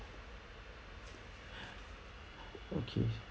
okay